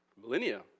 millennia